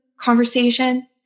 conversation